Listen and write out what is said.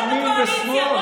ימין ושמאל,